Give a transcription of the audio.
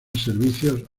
servicios